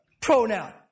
pronoun